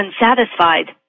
unsatisfied